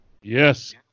Yes